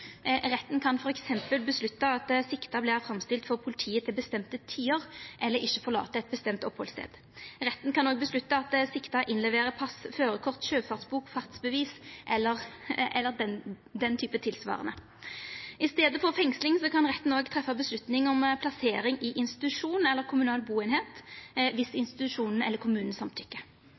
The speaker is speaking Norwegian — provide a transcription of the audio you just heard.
Retten kan f.eks. vedta at den sikta vert framstilt for politiet til bestemte tider, eller at ein ikkje kan forlata ein bestemt opphaldsstad. Retten kan òg vedta at den sikta leverer inn pass, førarkort, sjøfartsbok, fartsbevis eller tilsvarande. I staden for fengsling kan retten treffa vedtak om plassering i institusjon eller kommunal bustadeining dersom institusjonen eller